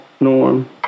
norm